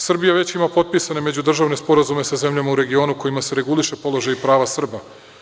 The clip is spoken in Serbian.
Srbija već ima potpisane međudržavne sporazumesa zemljama u regionu kojima se reguliše položaj prava Srba.